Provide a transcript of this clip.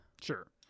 Sure